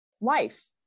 life